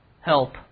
help